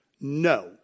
no